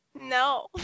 No